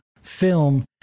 film